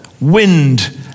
wind